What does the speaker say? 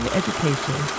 education